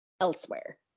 elsewhere